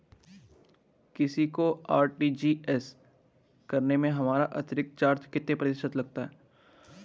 किसी को आर.टी.जी.एस करने से हमारा अतिरिक्त चार्ज कितने प्रतिशत लगता है?